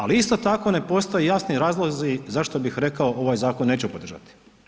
Ali isto tako ne postoje jasni razlozi zašto bih rekao ovaj zakon neću podržati.